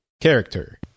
character